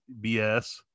BS